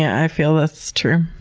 i feel that's true.